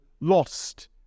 lost